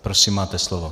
Prosím, máte slovo.